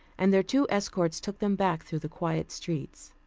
and their two escorts took them back through the quiet streets.